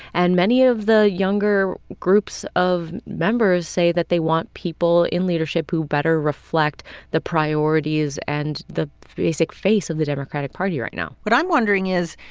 and many of the younger groups of members say that they want people in leadership who better reflect the priorities and the basic face of the democratic party right now what i'm wondering is,